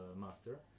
master